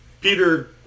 peter